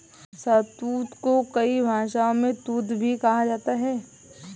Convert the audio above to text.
शहतूत को कई भाषाओं में तूत भी कहा जाता है